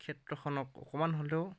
ক্ষেত্ৰখনক অকণমান হ'লেও